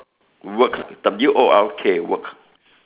work W O R K work